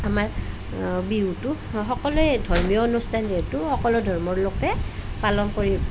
আমাৰ বিহুটো সকলোৱে ধৰ্মীয় অনুষ্ঠান যিহেতু সকলো ধৰ্মৰ লোকে পালন কৰি